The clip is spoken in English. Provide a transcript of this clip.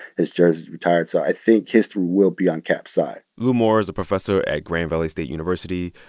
his jersey's retired. so i think history will be on kaep's side lou moore is a professor at grand valley state university,